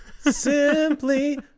simply